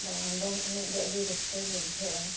ᱵᱟᱝ ᱫᱚᱝ ᱮᱱᱮᱡ ᱫᱚ ᱟᱹᱰᱤ ᱨᱟᱹᱥᱠᱟᱹᱜᱮ ᱵᱩᱡᱷᱟᱹᱜᱼᱟ